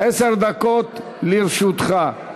עשר דקות לרשותך.